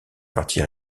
parti